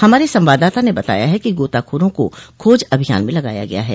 हमारे संवाददाता ने बताया है कि गोताखोरों को खोज अभियान में लगाया गया है